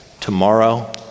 tomorrow